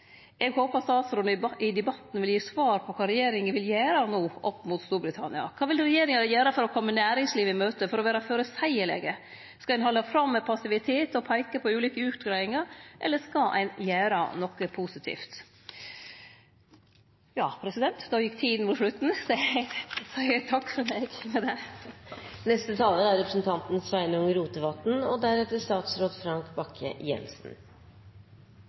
Eg håpar statsråden i debatten vil gi svar på kva regjeringa vil gjere no opp mot Storbritannia. Kva vil regjeringa gjere for å kome næringslivet i møte, for å vere føreseielege? Skal ein halde fram med passivitet og peike på ulike utgreiingar, eller skal ein gjere noko positivt? Då gjekk tida mot slutten, så eg seier takk for meg. Norsk sikkerheit og norsk velstand kviler på to viktige søyler. Den eine er den transatlantiske, og den andre er den europeiske. I ei tid der det dessverre er